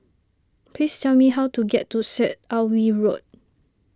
please tell me how to get to Syed Alwi Road